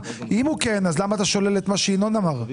אם הוא כן, אז למה אתה שולל את מה שינון אמר?